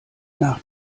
nach